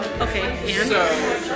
Okay